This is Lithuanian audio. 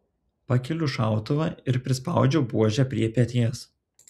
pakeliu šautuvą ir prispaudžiu buožę prie peties